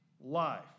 life